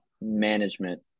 management